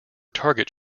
target